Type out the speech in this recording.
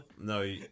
No